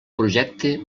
projecte